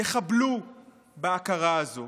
יחבלו בהכרה הזו.